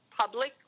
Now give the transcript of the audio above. Public